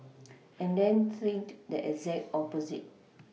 and then think the exact opposite